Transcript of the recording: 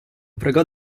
pregò